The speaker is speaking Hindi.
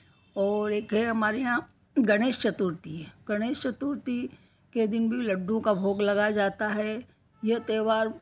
और एक है हमारे यहाँ गणेश चतुर्थी है गणेश चतुर्थी के दिन भी लड्डू का भोग लगाया जाता है यह त्योहार